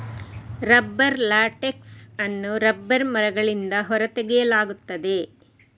rubber latex ಅನ್ನು rubber ಮರಗಳಿಂದ ಹೊರ ತೆಗೆಯಲಾಗುತ್ತದೆ